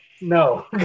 no